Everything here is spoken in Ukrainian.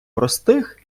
простих